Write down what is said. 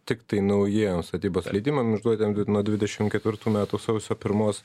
tiktai naujiems statybos leidimam išduotiem nuo dvidešimt ketvirtų metų sausio pirmos